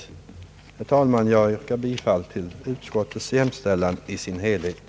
Herr talman! Jag ber att få yrka bifall till utskottets hemställan i dess helhet.